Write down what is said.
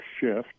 shift